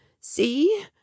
see